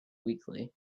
weakly